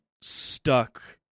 stuck